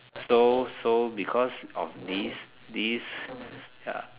so so because of this this ya